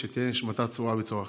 שתהיה נשמתה צרורה בצרור החיים.